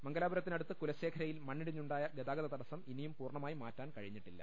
മംഗലാപുരത്തിനടുത്ത് കുലശേഖരയിൽ മണ്ണിടിഞ്ഞുണ്ടായ ഗതാഗത തടസ്സം ഇനിയും പൂർണമായി മാറ്റാൻ കഴിഞ്ഞിട്ടില്ല